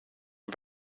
and